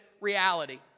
reality